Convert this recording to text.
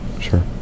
sure